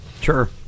sure